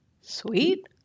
sweet